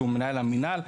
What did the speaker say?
שהוא מנהל המינהל.